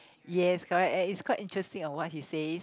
yes correct and is quite interesting on what he says